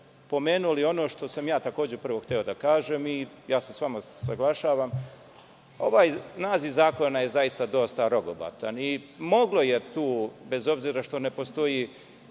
pomenuli ono što sam ja takođe hteo da kažem i ja se sa vama saglašavam. Ovaj naziv zakona je dosta rogobatan i moglo je tu, bez obzira što ne postoji